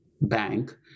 bank